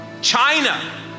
China